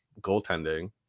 goaltending